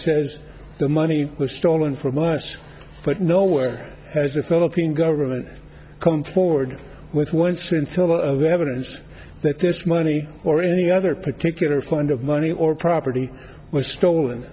says the money was stolen from us but nowhere has the philippine government come forward with once until of evidence that this money or any other particular kind of money or property was stolen